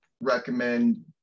recommend